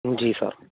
जी sir